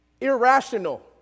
Irrational